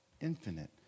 Infinite